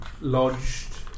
lodged